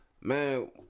man